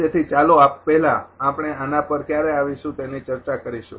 તેથી ચાલો પહેલા આપણે આના પર ક્યારે આવીશું તેની ચર્ચા કરીશું